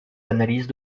analyses